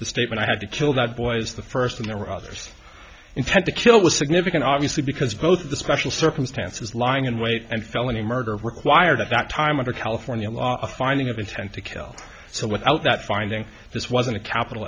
the state when i had to kill that boy is the first and there were others intent to kill was significant obviously because both the special circumstances lying in wait and felony murder required at that time under california law a finding of intent to kill so without that finding this wasn't a capital